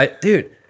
Dude